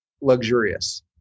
luxurious